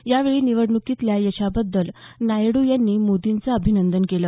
यावेळी निवडणुकीतल्या यशाबद्दल नायडू यांनी मोदींचं अभिनंदन केलं